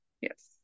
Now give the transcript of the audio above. Yes